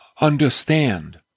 understand